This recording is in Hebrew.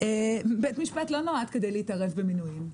בית המשפט לא נועד כדי להתערב במינויים,